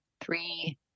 three